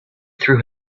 threw